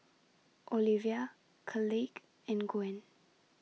Olivia Kaleigh and Gwyn